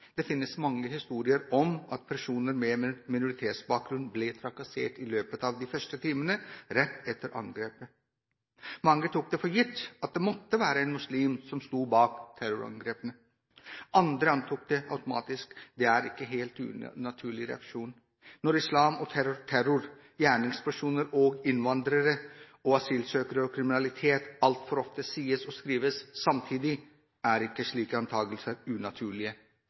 Det finnes mange historier om at personer med minoritetsbakgrunn ble trakassert i løpet av de første timene rett etter angrepet. Mange tok det for gitt at det måtte være en muslim som sto bak terrorangrepene. Andre antok det automatisk. Det er ikke en helt unaturlig reaksjon. Når «islam», «terror», «gjerningspersoner», «innvandrere», «asylsøkere» og «kriminalitet» altfor ofte sies og skrives samtidig, er ikke slike antakelser unaturlige.